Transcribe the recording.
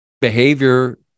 behavior